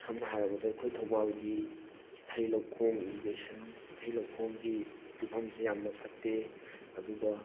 ꯁꯝꯅ ꯍꯥꯏꯔꯕꯗ ꯑꯩꯈꯣꯏ ꯊꯧꯕꯥꯜꯒꯤ ꯏꯊꯩ ꯂꯧꯈꯣꯡ ꯏꯔꯤꯒꯦꯁꯟ ꯏꯊꯩ ꯂꯧꯈꯣꯡꯒꯤ ꯐꯤꯕꯝꯁꯦ ꯌꯥꯝꯅ ꯐꯠꯇꯦ ꯑꯗꯨꯒ